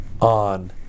on